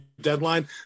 deadline